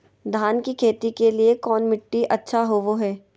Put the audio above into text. धान की खेती के लिए कौन मिट्टी अच्छा होबो है?